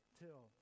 till